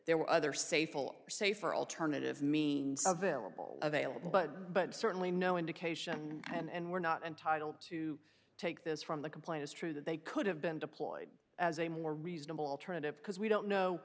there were other safe will safer alternative means available available but but certainly no indication and we're not entitled to take this from the complaint is true that they could have been deployed as a more reasonable alternative because we don't know